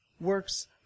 works